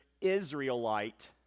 Israelite